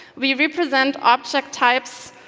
we represent object types